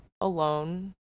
alone